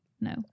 No